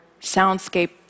soundscape